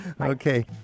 Okay